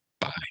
Bye